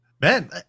man